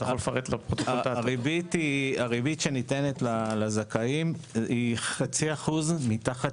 הריבית שניתנת לזכאים היא חצי אחוז מתחת